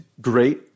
great